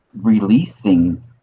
releasing